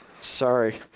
Sorry